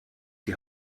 die